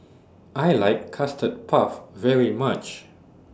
I like Custard Puff very much